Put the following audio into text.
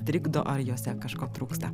trikdo ar jose kažko trūksta